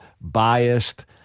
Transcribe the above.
Biased